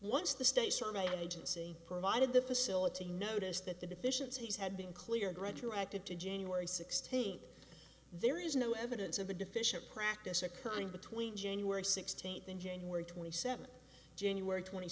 once the state survey agency provided the facility notice that the deficiencies had been cleared retroactive to january sixteenth there is no evidence of a deficient practice occurring between january sixteenth and january twenty seventh january twenty